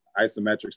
isometrics